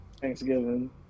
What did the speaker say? Thanksgiving